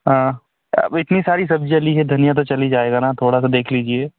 अब इतनी सारी सब्जियां ली है धनिया तो चली जाएगा ना थोड़ा सा देख लीजिए